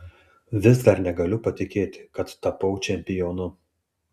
vis dar negaliu patikėti kad tapau čempionu